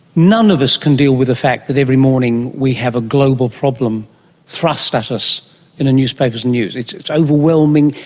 none of us can deal with the fact that every morning we have a global problem thrust at us in newspapers and news, it's it's overwhelming,